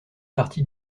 partie